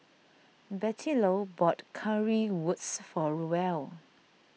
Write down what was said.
Bettylou bought Currywurst for Roel